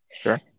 Sure